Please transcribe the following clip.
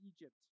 Egypt